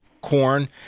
corn